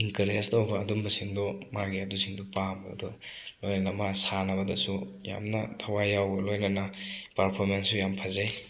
encourage ꯇꯧꯕ ꯑꯗꯨꯝꯕꯁꯤꯡꯗꯨ ꯃꯥꯒꯤ ꯑꯗꯨꯁꯤꯡꯗꯣ ꯄꯥꯝꯕ ꯑꯗꯣ ꯂꯣꯏꯅꯅ ꯃꯥ ꯁꯥꯟꯅꯕꯗꯁꯨ ꯌꯥꯝꯅ ꯊꯋꯥꯏ ꯌꯥꯎꯕ ꯂꯣꯏꯅꯅ ꯄꯥꯔꯐꯣꯃꯦꯟꯁꯁꯨ ꯌꯥꯝ ꯐꯖꯩ